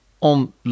on